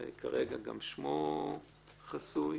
וכרגע גם שמו חסוי.